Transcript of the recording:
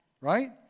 Right